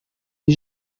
est